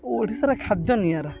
ଓଡ଼ିଶାର ଖାଦ୍ୟ ନିଆରା